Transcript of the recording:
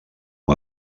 amb